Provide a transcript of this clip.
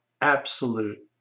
absolute